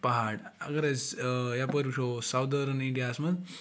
پہاڑ اگر أسۍ یَپٲرۍ وٕچھو ساودٲرٕن اِنڈیا ہَس منٛز